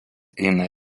eina